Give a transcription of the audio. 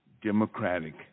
democratic